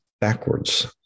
backwards